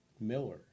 Miller